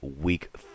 Week